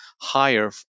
higher